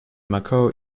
macao